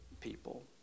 people